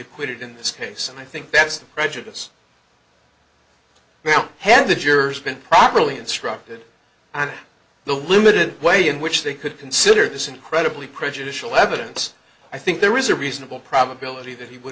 acquitted in this case and i think that's prejudice now had the jurors been properly instructed and the limited way in which they could consider this incredibly prejudicial evidence i think there is a reasonable probability that he would